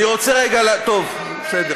אני רוצה רגע, טוב, בסדר.